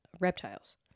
reptiles